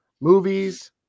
movies